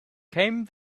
came